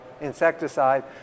insecticide